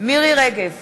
מירי רגב,